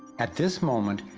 at this moment,